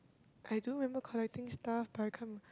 I do remember collecting stuff but I can't